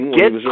get